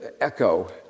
echo